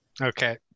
Okay